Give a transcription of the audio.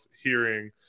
hearing